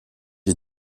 est